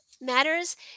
matters